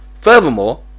Furthermore